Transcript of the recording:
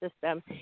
system